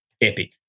epic